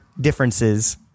differences